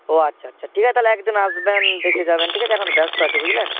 ও আচ্ছা আচ্ছা ঠিক আছে তাহলে একদিন আসবেন দেখে যাবেন ঠিক আছে এখন ব্যস্ত আছি বুঝলেন